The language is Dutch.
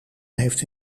heeft